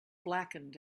blackened